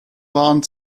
waren